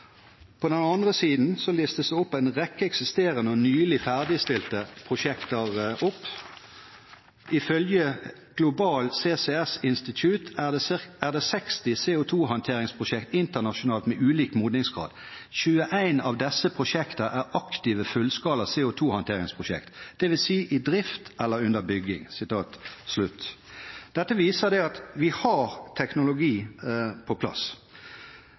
På den andre siden listes det opp en rekke eksisterende og nylig ferdigstilte prosjekter: «Ifølgje Global CCS Institute er det 60 CO2-handteringsprosjekt internasjonalt med ulik mogningsgrad. 21 av desse prosjekta er aktive fullskala CO2-handteringsprosjekt, dvs. i drift eller under bygging.» Dette viser at vi har teknologi på plass.